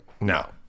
No